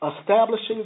Establishing